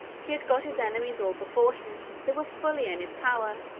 he had got his enemies all before him they were fully in his power.